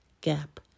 gap